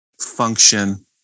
function